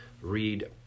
read